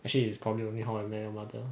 actually it's probably only how I met your mother